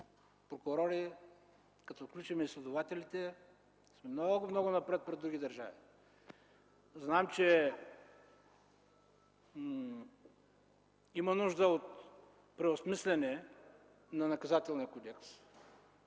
прокурори, като включим и следователите, сме много, много напред в сравнение с други държави. Знам, че има нужда от преосмисляне на Наказателния кодекс.